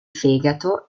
fegato